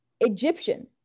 Egyptian